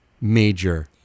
Major